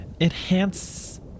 enhance